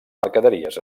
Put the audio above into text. mercaderies